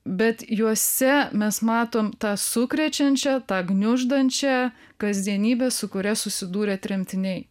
bet juose mes matom tą sukrečiančią tą gniuždančią kasdienybę su kuria susidūrė tremtiniai